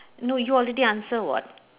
no you already answer what